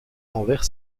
envers